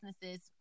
businesses